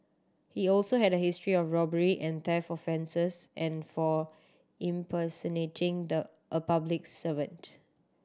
he also had a history of robbery and theft offences and for impersonating the a public servant